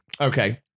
Okay